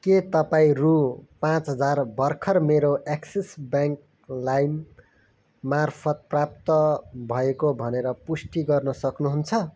के तपाई रु पाँच हजार भर्खर मेरो एक्सिस ब्याङ्क लाइममार्फत प्राप्त भएको भनेर पुष्टि गर्न सक्नुहुन्छ